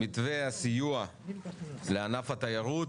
מתווה הסיוע לענף התיירות.